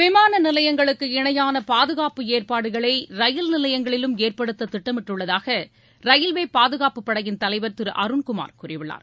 விமான நிலையங்களுக்கு இணையான பாதுகாப்பு ஏற்பாடுகளை ரயில் நிலையங்களிலும் ஏற்படுத்த திட்டமிட்டுள்ளதாக ரயில்வே பாதுகாப்புப் படையின் தலைவர் திரு அருண்குமார் கூறியுள்ளார்